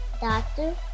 Doctor